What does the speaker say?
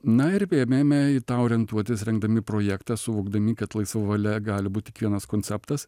na ir ėmėme į tą orientuotis rengdami projektą suvokdami kad laisva valia gali būt tik vienas konceptas